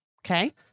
Okay